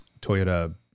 Toyota